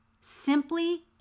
Simply